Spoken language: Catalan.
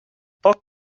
poc